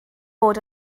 wedi